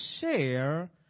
share